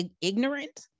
ignorant